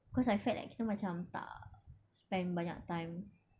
cause I felt like kita macam tak spend banyak time